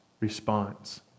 response